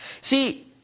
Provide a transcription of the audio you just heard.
See